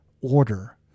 order